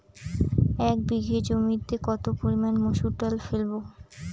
এক বিঘে জমিতে কত পরিমান মুসুর ডাল ফেলবো?